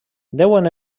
deuen